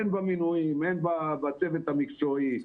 הן במינויים והן בצוות המקצועי.